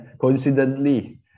coincidentally